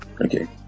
okay